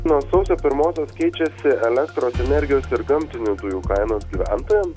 nuo sausio pirmosios keičiasi elektros energijos ir gamtinių dujų kainos gyventojam